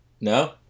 No